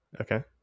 okay